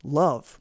love